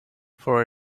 for